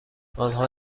آنها